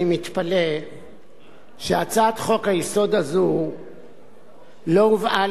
אני מתפלא שהצעת חוק-היסוד הזו לא הובאה